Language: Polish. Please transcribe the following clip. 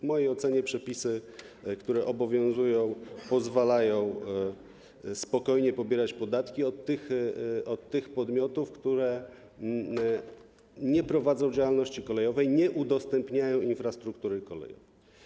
W mojej ocenie przepisy, które obowiązują, pozwalają spokojnie pobierać podatki od podmiotów, które nie prowadzą działalności kolejowej, nie udostępniają infrastruktury kolejowej.